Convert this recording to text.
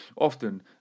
Often